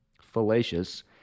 fallacious